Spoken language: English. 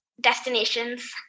destinations